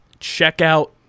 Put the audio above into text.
checkout